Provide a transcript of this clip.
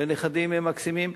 לנכדים מקסימים,